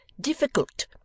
difficult